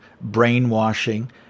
brainwashing